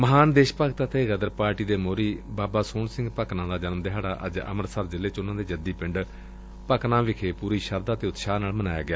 ਮਹਾਨ ਦੇਸ਼ ਭਗਤ ਅਤੇ ਗ਼ਦਰ ਪਾਰਟੀ ਦੇ ਮੋਹਰੀ ਬਾਬਾ ਸੋਹਣ ਸਿੰਘ ਭਕਨਾ ਦਾ ਜਨਮ ਦਿਹਾੜਾ ਅੱਜ ਅੰਮ੍ਤਿਤਸਰ ਜ਼ਿਲ੍ਹੇ ਚ ਉਨ੍ਹਾਂ ਦੇ ਜੱਦੀ ਪਿੰਡ ਭਕਨਾ ਚ ਪੂਰੀ ਸ਼ਰਧਾ ਅਤੇ ਉਤਸ਼ਾਹ ਨਾਲ ਮਨਾਇਆ ਗਿਆ